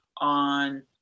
on